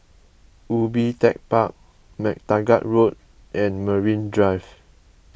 Ubi Tech Park MacTaggart Road and Marine Drive